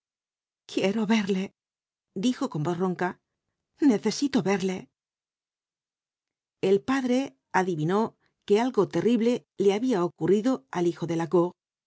quiero verle dijo con voz ronca necesito verle el padre adivinó que algo terrible le había ocurrido al hijo de